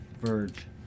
Verge